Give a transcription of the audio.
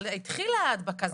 אבל התחילה ההדבקה.